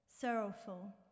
sorrowful